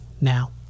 now